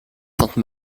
sainte